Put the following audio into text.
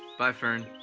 bye fern.